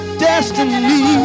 destiny